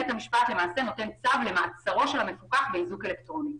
בית המשפט למעשה נותן צו למעצרו של המפוקח באיזוק אלקטרוני.